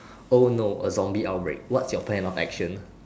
oh no a zombie outbreak what's your plan of action